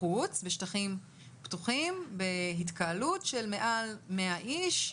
בחוץ בשטחים פתוחים והתקהלות של מעל 100 איש,